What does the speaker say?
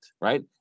right